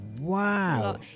Wow